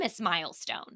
milestone